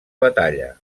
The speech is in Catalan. batalla